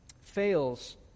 fails